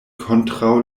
kontraŭ